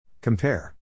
Compare